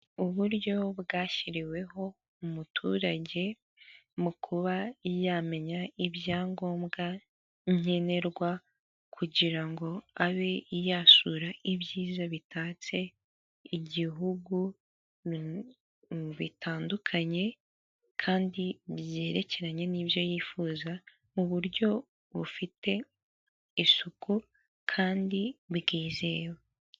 Uburyo bwashyiriweho umuturage mu kuba yamenya ibyangombwa nkenerwa, kugira ngo abe yasura ibyiza bitatse igihugu bitandukanye kandi byerekeranye n'ibyo yifuza, mu buryo bufite isuku kandi bwizewe.